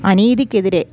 അനീതിക്കെതിരെ